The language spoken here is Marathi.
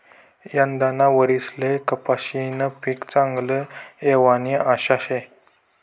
यंदाना वरीसले कपाशीनं पीक चांगलं येवानी आशा शे